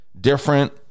different